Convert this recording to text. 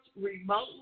remotely